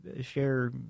share